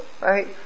right